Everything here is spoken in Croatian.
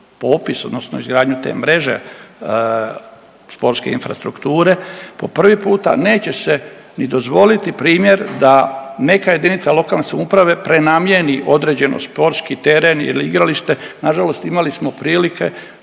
odnosno izgradnju te mreže sportske infrastrukture po prvi puta neće se ni dozvoliti primjer da neka jedinica lokalne samouprave prenamijeni određeno sportski teren ili igralište. Nažalost imali smo prilike